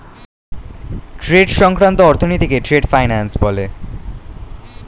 trade সংক্রান্ত অর্থনীতিকে trade finance বলে